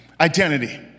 Identity